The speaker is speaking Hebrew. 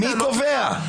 מי קובע?